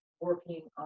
working